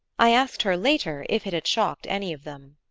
i asked her later if it had shocked any of them.